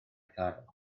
cael